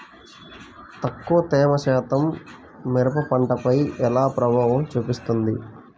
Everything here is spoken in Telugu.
తక్కువ తేమ శాతం మిరప పంటపై ఎలా ప్రభావం చూపిస్తుంది?